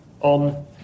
on